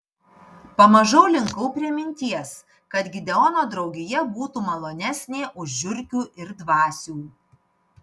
pamažu linkau prie minties kad gideono draugija būtų malonesnė už žiurkių ir dvasių